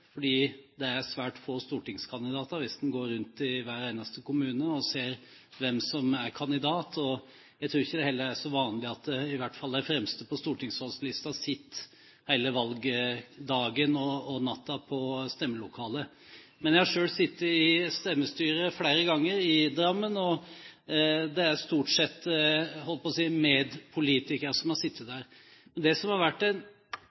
fordi det er svært få stortingskandidater, hvis en går rundt i hver eneste kommune og ser hvem som er kandidat. Jeg tror heller ikke at det er så vanlig at i hvert fall de første på stortingsvalglisten sitter hele valgdagen og -natten i stemmelokalet. Jeg har selv sittet i stemmestyret i Drammen flere ganger, og det er stort sett med politikere som har sittet der. Det som har vært